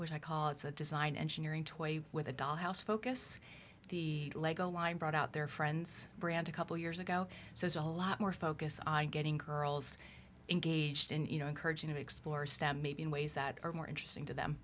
which i call it's a design engineering toy with a dollhouse focus the lego line brought out their friends brand a couple years ago so it's a lot more focus on getting girls engaged in you know encouraging to explore step maybe in ways that are more interesting to them